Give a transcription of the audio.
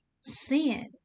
sin